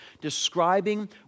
describing